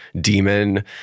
demon